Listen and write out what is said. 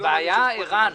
זו בעיה, ערן?